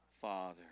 Father